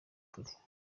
kure